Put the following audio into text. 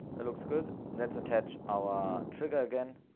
it looks good. let's attach our trigger again